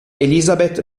elizabeth